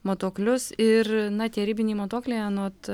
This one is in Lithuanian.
matuoklius ir na tie ribiniai matuokliai anot